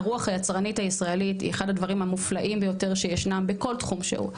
שהרוח היצרנית הישראלית היא אחד הדברים המופלאים שישנם בכל תחום שהוא,